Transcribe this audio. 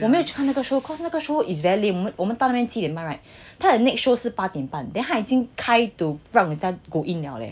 我没有去看那个 show cause 那个 show is very late 我我们到那边七点半 right 他的 next show 是八点半 then 他已经开 to 让你在那边